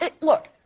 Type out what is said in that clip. Look